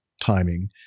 timing